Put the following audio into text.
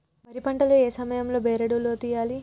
వరి పంట లో ఏ సమయం లో బెరడు లు తియ్యాలి?